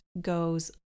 goes